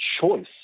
choice